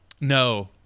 no